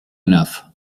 enough